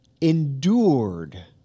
endured